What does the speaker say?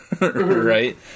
right